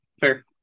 fair